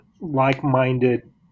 like-minded